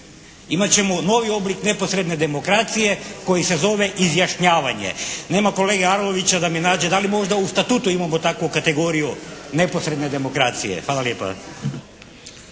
Imat ćemo novi oblik neposredne demokracije koji se zove izjašnjavanje. Nema kolege Arlovića da mi nađe, da li možda u Statutu imamo takvu kategoriju neposredne demokracije. Hvala lijepa.